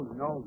no